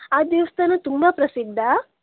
ಆ ದೇವಸ್ಥಾನ ತುಂಬ ಪ್ರಸಿದ್ಧ